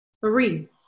three